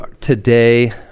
today